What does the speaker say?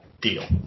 deal